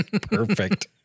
Perfect